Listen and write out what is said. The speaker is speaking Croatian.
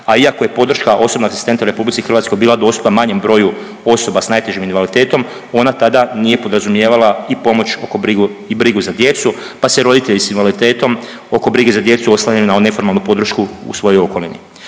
a iako je podrška osobnog asistenta u RH bila u dosta manjem broju osoba s najtežim invaliditetom ona tada nije podrazumijevala i pomoć oko bri… i brigu za djecu, pa se roditelji s invaliditetom oko brige za djecu oslanjaju na neformalnu podršku u svojoj okolini.